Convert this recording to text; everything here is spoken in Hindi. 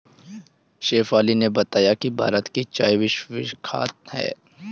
शेफाली ने बताया कि भारत की चाय विश्वविख्यात है